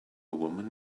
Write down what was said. woman